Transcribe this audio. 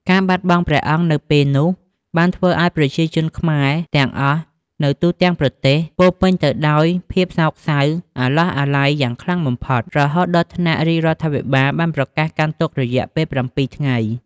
ការបាត់បង់ព្រះអង្គនៅពេលនោះ បានធ្វើឱ្យប្រជាជនខ្មែរទាំងអស់នៅទូទាំងប្រទេស ពោរពេញទៅដោយភាពសោកសៅអាឡោះអាល័យយ៉ាងខ្លាំងបំផុត រហូតដល់ថ្នាក់រាជរដ្ឋាភិបាលបានប្រកាសកាន់ទុក្ខរយៈពេល ៧ ថ្ងៃ។